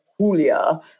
julia